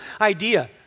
idea